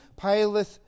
Pilate